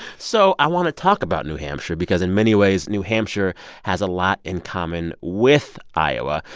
so i want to talk about new hampshire because, in many ways, new hampshire has a lot in common with iowa.